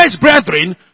brethren